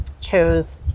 chose